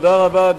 תודה רבה.